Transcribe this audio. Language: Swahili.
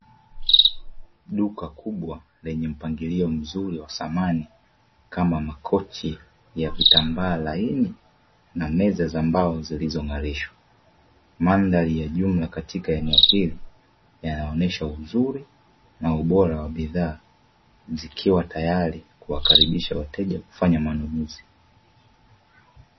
Duka kubwa lenye mpangilio mzuri wa samani kama makochi ya vitambaa laini na meza za mbao zilizo ngarishwa mandhari ya jumla katika eneo hilo yanaonyesha uzuri na ubora wa bidhaa zikiwa tayari kuwakaribisha wateja kufanya manunuzi.